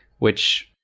which